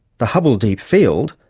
the hubble deep field,